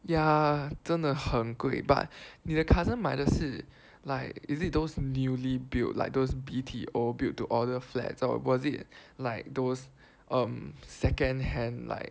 ya 真的很贵 but 你的 cousin 买的是 like is it those newly built like those B_T_O build to order flats or was it like those um second hand like